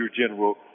General